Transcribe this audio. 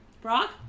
Brock